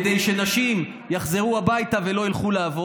כדי שנשים יחזרו הביתה ולא ילכו לעבוד.